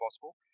possible